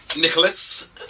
Nicholas